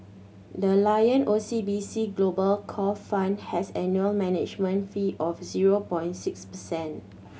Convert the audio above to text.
the Lion O C B C Global Core Fund has an annual management fee of zero point six percent